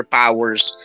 powers